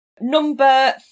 Number